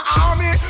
army